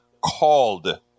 called